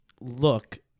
look